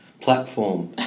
platform